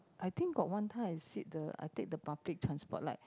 I think got one time I sit the I take the public transport like